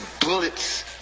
bullets